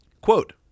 quote